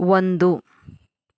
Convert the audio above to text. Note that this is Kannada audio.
ಒಂದು